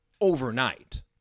overnight